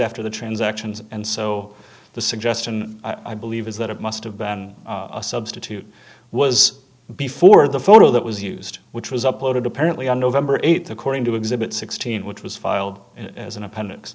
after the transactions and so the suggestion i believe is that it must have been a substitute was before the photo that was used which was uploaded apparently a november eighth according to exhibit sixteen which was filed as an appendix